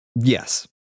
Yes